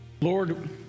Lord